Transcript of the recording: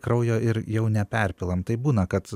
kraujo ir jau neperpilam tai būna kad